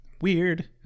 Weird